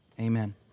amen